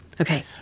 Okay